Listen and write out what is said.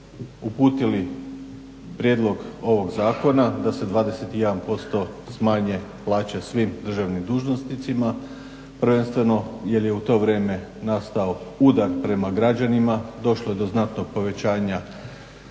uputili prijedlog ovog zakona, da se 21% smanje plaće svim državnim dužnosnicima, prvenstveno jer je u to vrijeme nastao udar prema građanima, došlo je do znatnog povećanja